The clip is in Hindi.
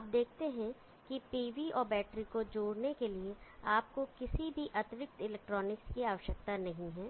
आप देखते हैं कि pv और बैटरी को जोड़ने के लिए आपको किसी भी अतिरिक्त इलेक्ट्रॉनिक्स की आवश्यकता नहीं है